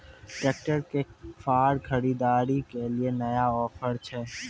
Tractor के फार खरीदारी के लिए नया ऑफर छ?